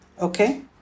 Okay